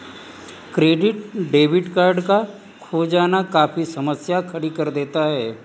credit debit card का खो जाना काफी समस्या खड़ी कर देता है